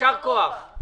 יישר כוח.